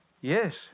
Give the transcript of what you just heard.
Yes